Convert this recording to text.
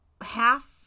half